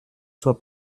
soit